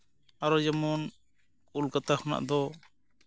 ᱟᱨᱚ ᱡᱮᱢᱚᱱ ᱠᱳᱞᱠᱟᱛᱟ ᱠᱷᱚᱱᱟᱜ ᱫᱚ